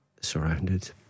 surrounded